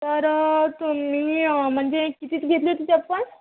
तर तुम्ही म्हणजे कितीची घेतली होती चप्पल